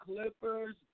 Clippers